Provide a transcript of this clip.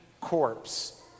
corpse